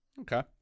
Okay